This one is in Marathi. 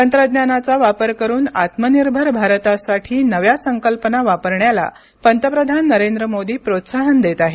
तंत्रज्ञानाचा वापर करुन आत्मनिर्भर भारतासाठी नव्या संकल्पना वापरण्याला पंतप्रधान नरेंद्र मोदी प्रोत्साहन देत आहेत